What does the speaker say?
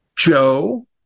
Joe